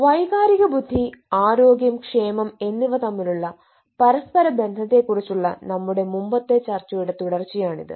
വൈകാരിക ബുദ്ധി ആരോഗ്യം ക്ഷേമം എന്നിവ തമ്മിലുള്ള പരസ്പര ബന്ധത്തെക്കുറിച്ചുള്ള നമ്മളുടെ മുമ്പത്തെ ചർച്ചയുടെ തുടർച്ചയാണിത്